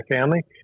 family